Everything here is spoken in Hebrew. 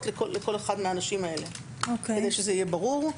לכל אחד מהאנשים האלה כדי שזה יהיה ברור.